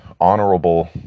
honorable